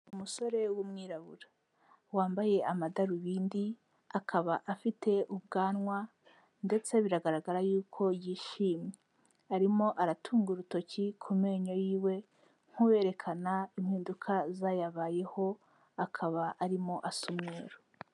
Umusore w'umwirabura wambaye amadarubindi, akaba afite ubwanwa ndetse biragaragara yuko yishimye. Arimo aratunga urutoki ku menyo yiwe nk'uwerekana impinduka zayabayeho, akaba arimo asa umweru.